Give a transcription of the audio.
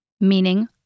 Meaning